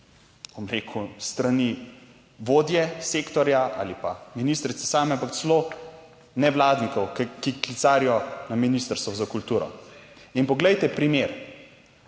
bom rekel, s strani vodje sektorja ali pa ministrice same, ampak celo nevladnikov, ki klicarijo na Ministrstvo za kulturo in poglejte primer,